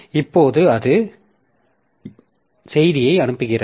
இப்போது அது செய்தியை அனுப்புகிறது